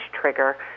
trigger